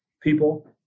people